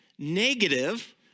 negative